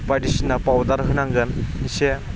बायदिसिना पाउडार होनांगोन एसे